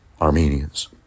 Armenians